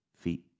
feet